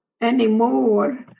anymore